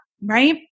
right